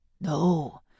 No